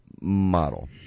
model